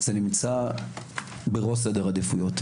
זה נמצא בראש סדר העדיפויות.